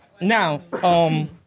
now